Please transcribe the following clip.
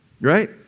right